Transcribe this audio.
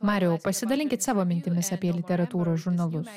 mariau pasidalinkit savo mintimis apie literatūros žurnalus